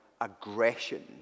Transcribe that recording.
aggression